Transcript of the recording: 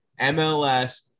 MLS